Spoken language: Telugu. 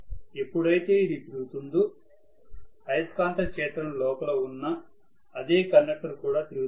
ఎప్పుడైతే ఇది తిరుగుతుందో అయస్కాంత క్షేత్రం లోపల ఉన్న అదే కండక్టర్ కూడా తిరుగుతుంది